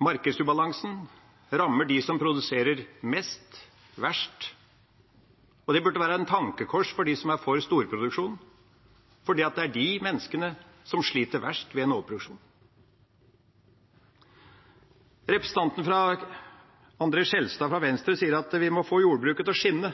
Markedsubalansen rammer dem som produserer mest, verst, og det burde være et tankekors for dem som er for storproduksjon, for det er disse menneskene som sliter mest ved en overproduksjon. Representanten André Skjelstad fra Venstre sier at vi må få jordbruket til å skinne,